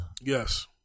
Yes